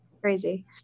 crazy